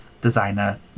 designer